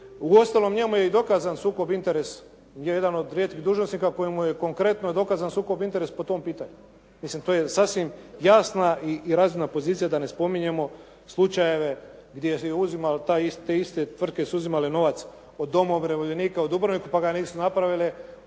U ostalom njemu je i dokazan sukob interes, gdje jedan od rijetkih dužnosnika koji mu je konkretno dokazan sukob interes po tom pitanju. Mislim to je sasvim jasna i razumna pozicija da ne spominjemo slučajeve gdje uzimao te iste tvrtke su uzimale novac od doma umirovljenika u Dubrovniku, pa ga nisu napravile,